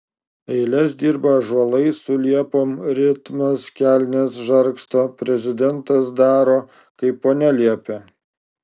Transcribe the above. eiles dirba ąžuolai su liepom ritmas kelnes žargsto prezidentas daro kaip ponia liepia